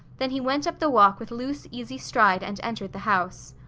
then he went up the walk with loose, easy stride and entered the house.